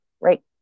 right